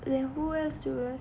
then who else do uh